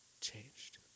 changed